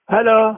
Hello